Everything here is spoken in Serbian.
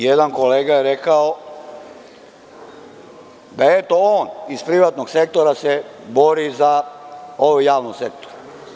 Jedan kolega je rekao da se, eto, on iz privatnog sektora bori za javni sektor.